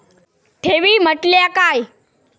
ठेवी म्हटल्या काय?